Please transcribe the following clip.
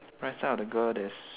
right side of the girl there's